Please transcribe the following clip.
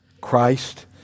Christ